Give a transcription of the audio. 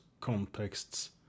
contexts